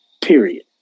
period